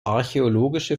archäologische